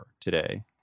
today